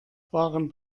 waren